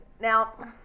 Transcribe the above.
Now